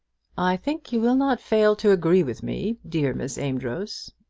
i think you will not fail to agree with me, dear miss amedroz,